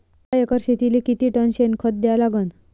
एका एकर शेतीले किती टन शेन खत द्या लागन?